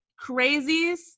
crazies